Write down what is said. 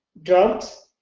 drugs